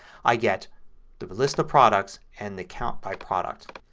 i get the but list of products and the count by product.